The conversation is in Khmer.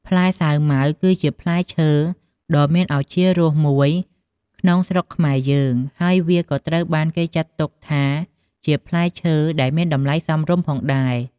ផ្លែសាវម៉ាវ គឺជាផ្លែឈើដ៏មានឱជារសមួយក្នុងស្រុកខ្មែរយើង ហើយវាក៏ត្រូវបានគេចាត់ទុកថា ជាផ្លែឈើដែលមានតម្លៃសមរម្យផងដែរ។